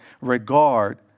regard